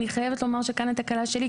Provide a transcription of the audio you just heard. אני חייבת לומר שהתקלה כאן היא שלי,